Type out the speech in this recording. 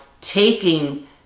taking